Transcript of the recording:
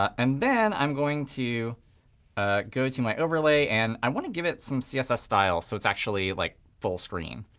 and then i'm going to ah go to my overlay, and i want to give it some css style so it's actually like full screen.